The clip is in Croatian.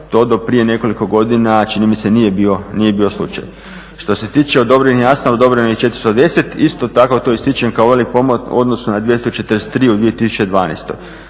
To do prije nekoliko godina čini mi se nije bio slučaj. Što se tiče odobrenih jamstava, odobreno je 410. Isto tako to ističem kao veliki pomak u odnosu na 243 u 2012.